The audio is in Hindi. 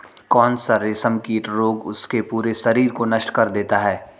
कौन सा रेशमकीट रोग उसके पूरे शरीर को नष्ट कर देता है?